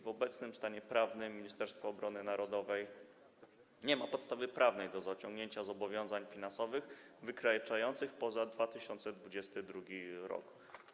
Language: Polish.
W obecnym stanie prawnym Ministerstwo Obrony Narodowej nie ma podstawy prawnej do zaciągnięcia zobowiązań finansowych wykraczających poza 2022 r.